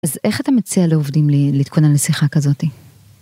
אז איך אתה מציע לעובדים להתכונן לשיחה כזאתי?